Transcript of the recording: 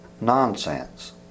nonsense